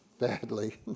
Badly